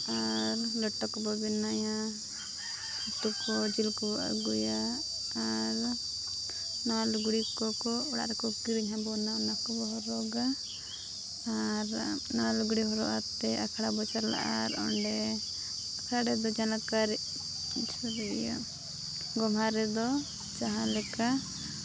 ᱟᱨ ᱞᱮᱴᱚ ᱠᱚᱵᱚᱱ ᱵᱮᱱᱟᱣᱟ ᱩᱛᱩ ᱠᱚ ᱡᱤᱞ ᱠᱚᱵᱚᱱ ᱟᱹᱜᱩᱭᱟ ᱟᱨ ᱱᱟᱣᱟ ᱞᱩᱜᱽᱲᱤ ᱠᱚ ᱠᱚ ᱚᱲᱟᱜ ᱨᱮᱠᱚ ᱠᱤᱨᱤᱧ ᱟᱵᱚᱱᱟ ᱚᱱᱟ ᱠᱚᱵᱚᱱ ᱦᱚᱨᱚᱜᱟ ᱟᱨ ᱱᱟᱣᱟ ᱞᱩᱜᱽᱲᱤ ᱦᱚᱨᱚᱜ ᱠᱟᱛᱮᱫ ᱟᱠᱷᱲᱟ ᱵᱚᱱ ᱪᱟᱞᱟᱜᱼᱟ ᱟᱨ ᱚᱸᱰᱮ ᱟᱠᱷᱲᱟ ᱨᱮᱫᱚ ᱡᱟᱱ ᱠᱟᱹᱨᱤ ᱡᱷᱩᱨᱤᱭᱟᱹ ᱜᱚᱢᱦᱟ ᱨᱮᱫᱚ ᱡᱟᱦᱟᱸ ᱞᱮᱠᱟ